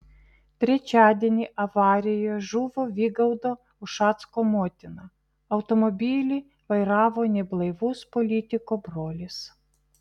trečiadienį avarijoje žuvo vygaudo ušacko motina automobilį vairavo neblaivus politiko brolis